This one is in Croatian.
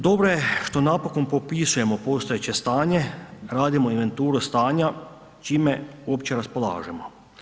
Dobro je što napokon popisujemo postojeće stanje, radimo inventuru stanja, čime opće raspolažemo.